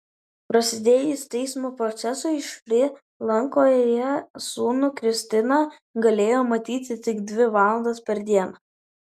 prasidėjus teismo procesui šri lankoje sūnų kristina galėjo matyti tik dvi valandas per dieną